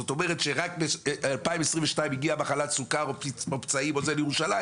זאת אומרת שרק ב-2022 הגיעה מחלת סוכר או פצעים או זה לירושלים